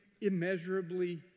immeasurably